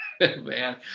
man